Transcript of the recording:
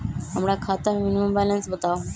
हमरा खाता में मिनिमम बैलेंस बताहु?